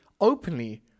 openly